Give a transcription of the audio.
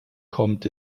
kommt